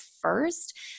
first